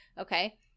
Okay